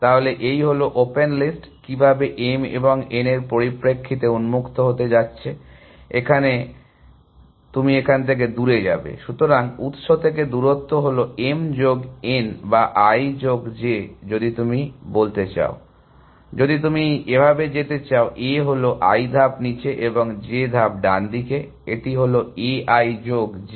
তাহলে এই হল ওপেন লিস্ট কিভাবে m এবং n এর পরিপ্রেক্ষিতে উন্মুক্ত হতে যাচ্ছে এখানে বাবা তুমি এখন থেকে দূরে যাবে সুতরাং উৎস থেকে দূরত্ব হল m যোগ n বা i যোগ j যদি তুমি বলতে চাও যদি তুমি এভাবে যেতে চাও a হলো i ধাপ নিচে এবং j ধাপ ডানদিকে এটি হলো a i যোগ j